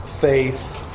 faith